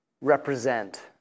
represent